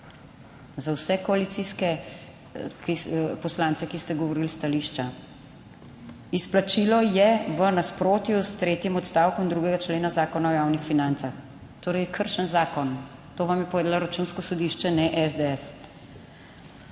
Za vse koalicijske poslance, ki ste govorili stališča, izplačilo je v nasprotju s tretjim odstavkom 2. člena Zakona o javnih financah. Torej, je kršen zakon, to vam je povedalo Računsko sodišče, ne SDS.